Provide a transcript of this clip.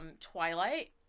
Twilight